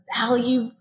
value